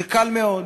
זה קל מאוד: